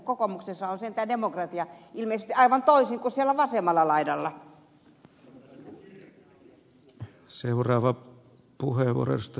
kokoomuksessa on sentään demokratia ilmeisesti aivan toisin kuin siellä vasemmalla laidalla